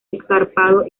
escarpado